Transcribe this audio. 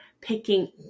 picking